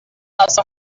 also